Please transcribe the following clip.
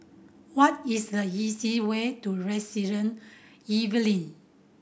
what is the easiest way to Resident Evelyn